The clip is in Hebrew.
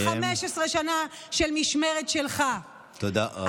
תחת 15 שנה של משמרת שלך, תודה רבה.